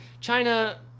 China